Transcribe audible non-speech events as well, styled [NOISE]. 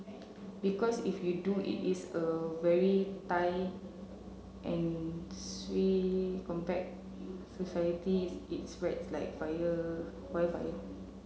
because if you do it is a very tight and swift compact society [UNINTELLIGIBLE] it spreads like fire wild fire